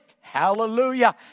Hallelujah